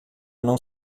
não